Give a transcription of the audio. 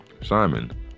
Simon